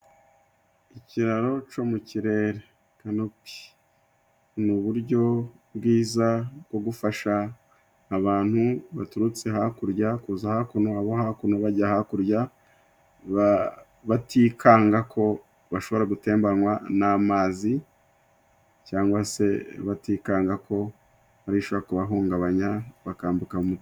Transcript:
Ikiraro co mu kirere Kanopi, ni uburyo bwiza bwo gufasha abantu baturutse hakurya kuza hakuno abo hakuno bajya hakurya, batikanga ko bashobora gutebanywa n'amazi cyangwa se batikanga ko hari ibishobora kubahungabanya bakambuka umu.